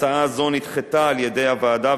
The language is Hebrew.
הצעה זו נדחתה על-ידי הוועדה,